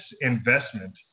investment